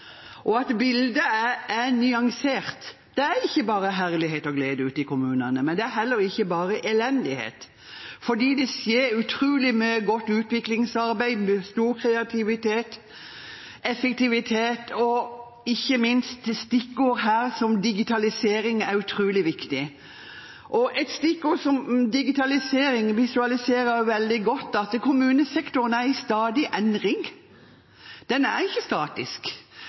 og at bildet er nyansert. Det er ikke bare herlighet og glede ute i kommunene, men det er heller ikke bare elendighet, for det skjer utrolig mye godt utviklingsarbeid. Det er stor kreativitet og effektivitet, og et stikkord her er digitalisering, som er utrolig viktig, og som visualiserer veldig godt at kommunesektoren er i stadig endring. Den er ikke statisk,